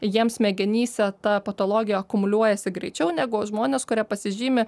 jiems smegenyse ta patologija akumuliuojasi greičiau negu žmonės kurie pasižymi